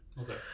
okay